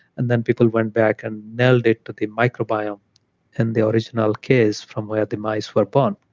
and then people went back and nailed it to the microbiome in the original case from where the mice were born.